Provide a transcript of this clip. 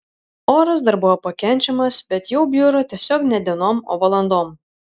oras dar buvo pakenčiamas bet jau bjuro tiesiog ne dienom o valandom